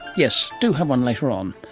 yes, do have one later on.